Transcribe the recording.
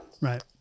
Right